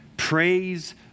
Praise